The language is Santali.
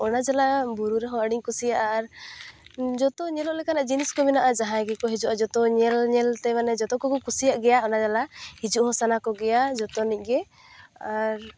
ᱚᱱᱟ ᱪᱷᱟᱰᱟ ᱵᱩᱨᱩᱨᱮ ᱦᱚᱸ ᱟᱹᱰᱤᱧ ᱠᱩᱥᱤᱭᱟᱜᱼᱟ ᱟᱨ ᱡᱚᱛᱚ ᱧᱮᱞᱚᱜ ᱞᱮᱠᱟᱱᱟᱜ ᱡᱤᱱᱤᱥ ᱠᱚ ᱢᱮᱱᱟᱜᱼᱟ ᱡᱟᱦᱟᱸᱭ ᱜᱮᱠᱚ ᱦᱤᱡᱩᱜᱼᱟ ᱡᱚᱛᱚ ᱧᱮᱞ ᱧᱮᱞᱛᱮ ᱢᱟᱱᱮ ᱡᱚᱛᱚ ᱠᱚᱜᱮ ᱠᱩᱥᱤᱭᱟᱜ ᱜᱮᱭᱟ ᱚᱱᱟ ᱡᱟᱞᱟ ᱦᱤᱡᱩᱜᱦᱚᱸ ᱥᱟᱱᱟ ᱠᱚᱜᱮᱭᱟ ᱡᱚᱛᱚᱱᱤᱡ ᱜᱮ ᱟᱨ